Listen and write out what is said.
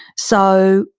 so,